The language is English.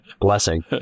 blessing